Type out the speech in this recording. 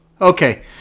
Okay